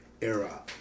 era